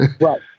Right